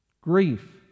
Grief